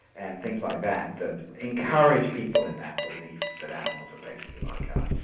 and things like that, that encourage people in that belief that animals are basically like us.